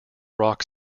rock